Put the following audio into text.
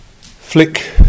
flick